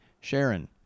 Sharon